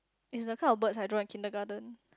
is the kind of birds I draw in kindergarten